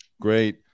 great